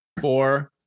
four